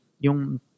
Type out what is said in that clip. yung